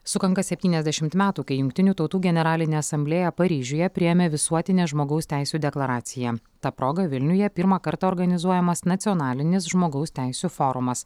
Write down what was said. sukanka septyniasdešimt metų kai jungtinių tautų generalinė asamblėja paryžiuje priėmė visuotinę žmogaus teisių deklaraciją ta proga vilniuje pirmą kartą organizuojamas nacionalinis žmogaus teisių forumas